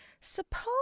Suppose